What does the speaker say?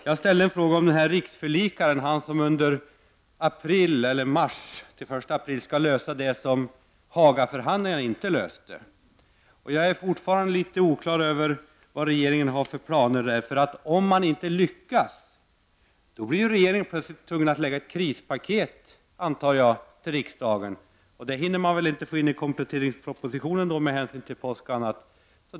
Jag ställde en fråga om riksförlikaren, han som under mars och fram till första april skall lösa det som Hagaförhandlingarna inte löste. Jag är fortfarande inte på det klara med vad regeringen där har för planer. Om man inte lyckas blir ju regeringen tvungen att plötsligt lägga fram ett krispaket för riksdagen, antar jag, och det hinner man väl inte få in i kompletteringspropositionen med hänsyn till påsken och annat.